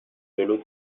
جلوت